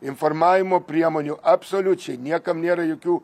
informavimo priemonių absoliučiai niekam nėra jokių